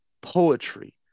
poetry